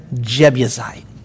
Jebusite